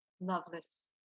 loveless